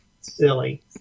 silly